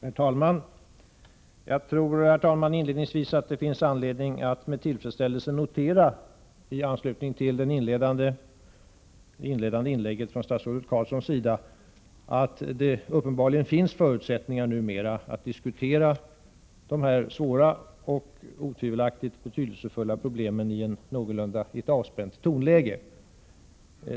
Herr talman! I anslutning till det inledande anförandet av statsrådet Carlsson har vi anledning att med tillfredsställelse notera att det numera uppenbarligen finns förutsättningar för att i ett någorlunda avspänt tonläge diskutera det svåra och otvivelaktigt betydelsefulla problem som den ekonomiska brottsligheten utgör.